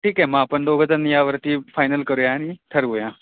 ठीक आहे मग आपण दोघजणं यावरती फायनल करूया आणि ठरवूया